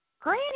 Granny